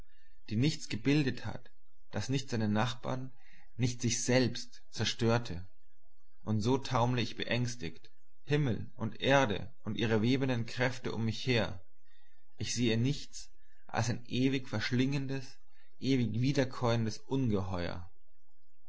die nichts gebildet hat das nicht seinen nachbar nicht sich selbst zerstörte und so taumle ich beängstigt himmel und erde und ihre webenden kräfte um mich her ich sehe nichts als ein ewig verschlingendes ewig wiederkäuendes ungeheuer